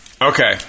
okay